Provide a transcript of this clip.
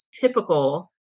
typical